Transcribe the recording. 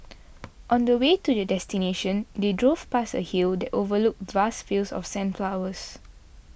on the way to their destination they drove past a hill that overlooked vast fields of sunflowers